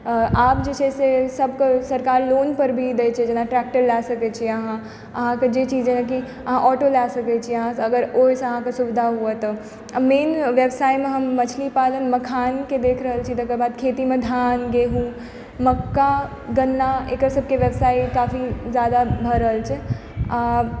आब जे छै से सबकेँ सरकार लोनपर भी दैत छै जेना ट्रैक्टर लए सकैत छी अहाँ अहाँके जे चीज जेना कि अहाँ ऑटो लए सकैत छियै अहाँ ओहिसँ अहाँके सुविधा होवै तऽ आओर मेन व्यवसायमे हम मछली पालन मखान केँ देखि रहल छियै तकरा बाद खेतीमे धान गेहूँ मक्का गन्ना एकर सबके व्यवसाय काफी जादा भऽ रहल छै आओर